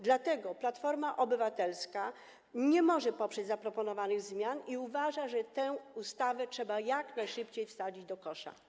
Dlatego Platforma Obywatelska nie może poprzeć zaproponowanych zmian i uważa, że tę ustawę trzeba jak najszybciej wsadzić do kosza.